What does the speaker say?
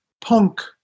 Punk